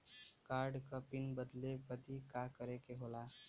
Card क PIN बदले बदी का करे के होला?